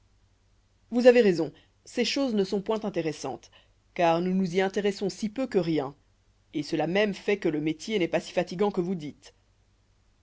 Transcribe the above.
vous avez raison ces choses ne sont point intéressantes car nous nous y intéressons si peu que rien et cela même fait que le métier n'est pas si fatigant que vous dites